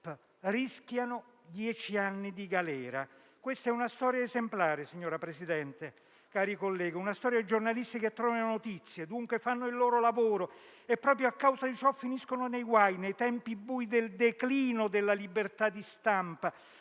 rischiano dieci anni di galera. Questa è una storia esemplare, signor Presidente e cari colleghi, di giornalisti che trovano notizie, dunque fanno il loro lavoro e, proprio a causa di ciò, finiscono nei guai, nei tempi bui del declino della libertà di stampa,